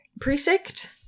Precinct